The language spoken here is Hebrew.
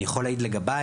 אני יכול להעיד לגביי,